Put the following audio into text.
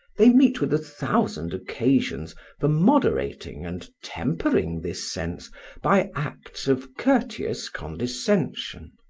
they meet with a thousand occasions for moderating and tempering this sense by acts of courteous condescension.